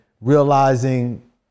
realizing